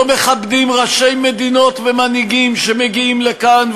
לא מכבדים ראשי מדינות ומנהיגים שמגיעים לכאן,